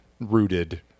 rooted